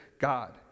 God